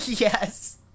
yes